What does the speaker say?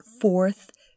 fourth